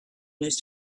news